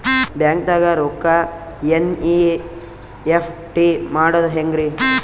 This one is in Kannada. ಬ್ಯಾಂಕ್ದಾಗ ರೊಕ್ಕ ಎನ್.ಇ.ಎಫ್.ಟಿ ಮಾಡದ ಹೆಂಗ್ರಿ?